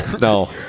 No